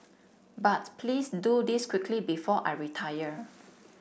but please do this quickly before I retire